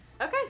Okay